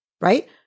Right